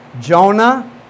Jonah